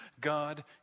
God